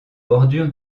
bordure